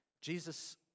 Jesus